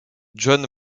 john